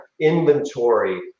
inventory